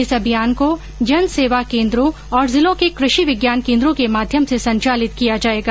इस अभियान को जनसेवा कें द्वा ो और जिलों के कृषि विज्ञान केंद्र ाे के माध्यम से संचालित किया जाएगा